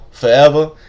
forever